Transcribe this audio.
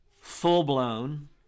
full-blown